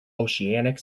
oceanic